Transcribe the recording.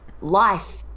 life